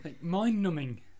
Mind-numbing